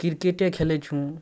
किरकेटे खेलै छी